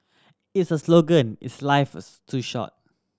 its a slogan is Life is too short